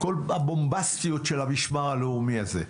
כל הבומבסטיות של המשמר הלאומי הזה.